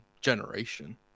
generation